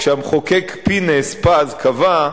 כשהמחוקק פינס-פז קבע,